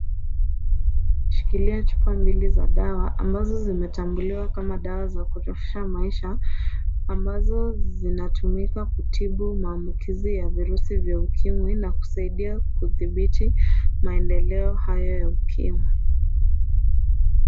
Mtu ameshikilia chupa mbili za dawa ambazo zimetambuliwa kama dawa za kurefusha maisha ambazo zinatumika kutibu maambukizi ya virusi vya Ukimwi na kusaidia kudhibiti maendeleo haya ya Ukimwi.